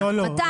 100,000,